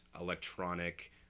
electronic